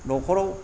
न'खराव